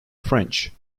french